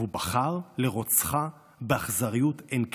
והוא בחר לרוצחה באכזריות אין קץ.